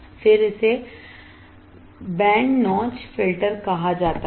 फिर इसे band notch filter कहा जाता है